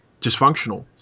dysfunctional